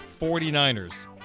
49ers